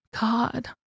God